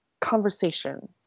conversation